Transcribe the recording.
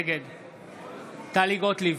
נגד טלי גוטליב,